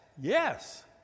yes